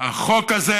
החוק הזה